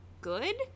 good